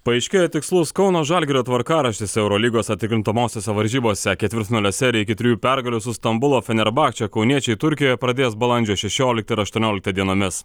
paaiškėjo tikslus kauno žalgirio tvarkaraštis eurolygos atkrintamosiose varžybose ketvirtfinalio seriją iki trijų pergalių su stambulo fenerbahče kauniečiai turkijoje pradės balandžio šešioliktą ir aštuonioliktą dienomis